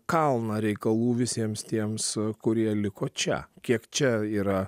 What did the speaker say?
kalną reikalų visiems tiems kurie liko čia kiek čia yra